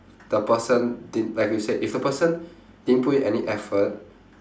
the person didn~ like you said if the person didn't put in any effort